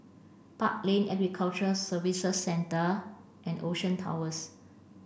Park Lane Aquaculture Services Centre and Ocean Towers